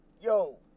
Yo